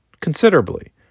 considerably